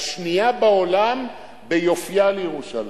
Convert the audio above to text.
השנייה בעולם ביופיה לירושלים,